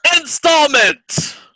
installment